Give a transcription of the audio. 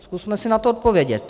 Zkusme si na to odpovědět.